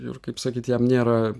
ir kaip sakyt jam nėra